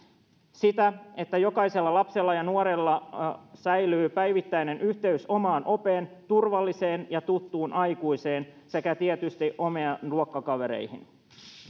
sitä että jokaisella lapsella ja nuorella säilyy päivittäinen yhteys omaan opeen turvalliseen ja tuttuun aikuiseen sekä tietysti omiin luokkakavereihin